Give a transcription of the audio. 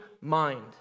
mind